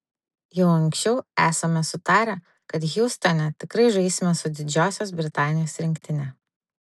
jau anksčiau esame sutarę kad hjustone tikrai žaisime su didžiosios britanijos rinktine